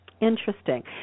Interesting